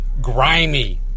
grimy